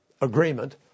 agreement